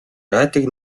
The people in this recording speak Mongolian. радийг